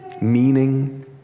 meaning